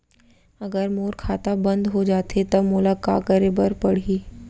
अगर मोर खाता बन्द हो जाथे त मोला का करे बार पड़हि?